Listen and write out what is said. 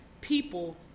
people